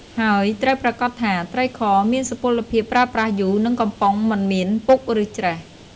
ហើយត្រូវប្រាកដថាត្រីខមានសុពលភាពប្រើប្រាស់យូរ និងកំប៉ុងមិនមានពុកឬច្រេះ។